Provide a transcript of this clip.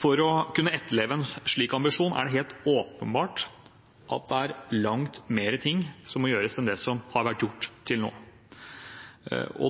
For å kunne etterleve en slik ambisjon er det helt åpenbart at det er langt mer som må gjøres enn det som har vært gjort til nå.